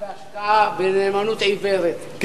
בהשקעה בנאמנות עיוורת,